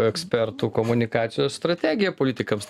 ekspertų komunikacijos strategija politikams